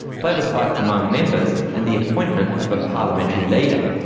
plebiscites among members, and the appointment of a parliamentary leader.